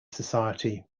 society